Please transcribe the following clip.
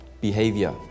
behavior